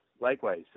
likewise